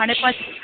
हाणे बस त